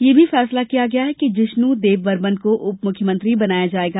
यह भी फैसला किया गया कि जीश्नू देबबर्मन को उपमुख्यमंत्री बनाया जायेगा